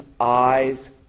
eyes